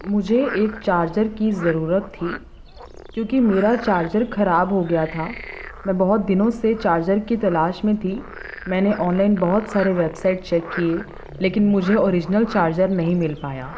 مجھے ایک چارجر کی ضرورت تھی کیونکہ میرا چارجر کھراب ہو گیا تھا میں بہت دنوں سے چارجر کی تلاش میں تھی میں نے آنلائن بہت سارے ویب سائٹ چیک کیے لیکن مجھے اوریجنل چارجر نہیں مل پایا